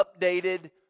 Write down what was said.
updated